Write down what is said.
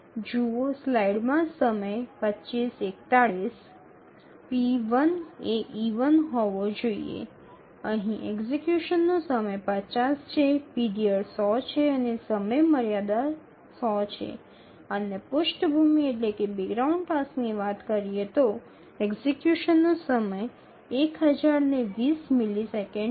જુઓ સ્લાઇડમાં સમય ૨૫૪૧ p1 એ e1 હોવો જોઈએ અહીં એક્ઝિકયુશનનો સમય ૫0 છે પીરિયડ ૧00 છે અને સમયમર્યાદા ૧00 છે અને પૃષ્ઠભૂમિ ટાસ્કની વાત કરીએ તો એક્ઝિકયુશનનો સમય ૧0૨0 મિલિસેકન્ડ છે